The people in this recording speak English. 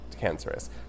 cancerous